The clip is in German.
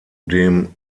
dem